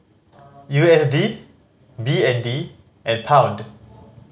U S D B N D and Pound